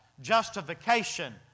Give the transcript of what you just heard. justification